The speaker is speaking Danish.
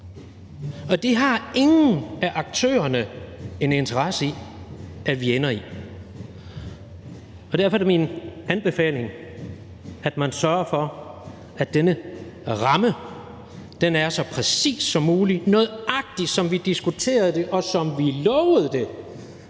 og det har ingen af aktørerne en interesse i vi ender i. Derfor er det min anbefaling, at man sørger for, at denne ramme er så præcis som muligt, nøjagtig som vi diskuterede det, og som vi lovede det,